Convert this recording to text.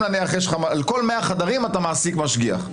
על כל 100 חדרים אתה מעסיק משגיח.